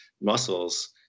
muscles